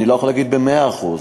אני לא יכול להגיד במאה אחוז.